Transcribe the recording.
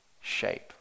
shape